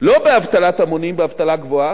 לא באבטלת המונים, באבטלה גבוהה.